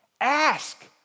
Ask